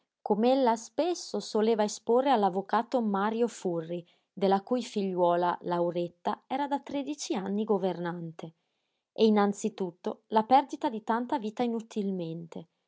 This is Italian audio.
insieme com'ella spesso soleva esporre all'avvocato mario furri della cui figliuola lauretta era da tredici anni governante e innanzi tutto la perdita di tanta vita inutilmente